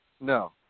No